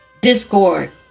discord